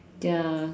ya